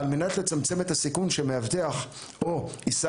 על מנת לצמצם את הסיכון שמאבטח או יישא